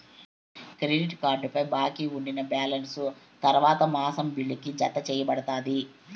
credit కార్డుపై బాకీ ఉండినా బాలెన్స్ తర్వాత మాసం బిల్లుకి, జతచేయబడతాది